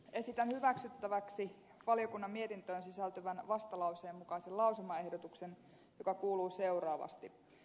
esitän hyväksyttäväksi valiokunnan mietintöön sisältyvän vastalauseen mukaisen lausumaehdotuksen joka kuuluu seuraavasti